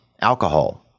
alcohol